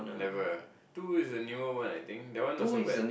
never two is the newer one I think that one not so bad